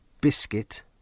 Biscuit